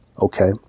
Okay